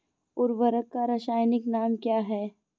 उर्वरक का रासायनिक नाम क्या है?